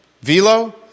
Velo